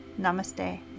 Namaste